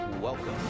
Welcome